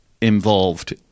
involved